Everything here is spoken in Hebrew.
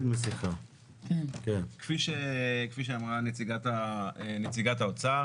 כפי שאמרה נציגת האוצר